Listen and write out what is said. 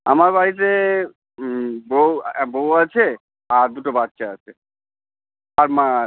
আমার বাড়িতে বউ আ আ বউ আছে আর দুটো বাচ্চা আছে আর মা